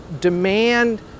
demand